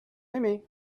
aimé